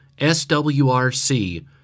SWRC